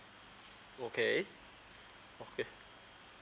okay okay